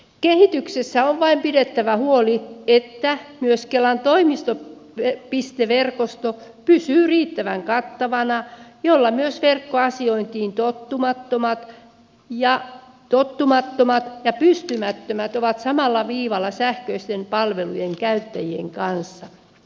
kehityksessä on vain pidettävä huoli että myös kelan toimistopisteverkosto pysyy riittävän kattavana jolloin myös verkkoasiointiin tottumattomat ja pystymättömät ovat samalla viivalla sähköisten palvelujen käyttäjien kanssa